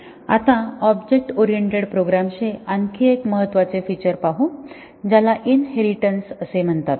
आता object oriented प्रोग्रॅमचे आणखी एक महत्त्वाचे फिचर पाहू ज्याला इनहेरिटेन्स असे म्हणतात